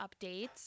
updates